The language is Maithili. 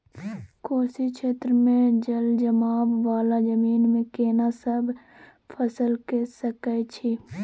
कोशी क्षेत्र मे जलजमाव वाला जमीन मे केना सब फसल के सकय छी?